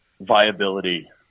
viability